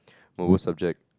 my worst subject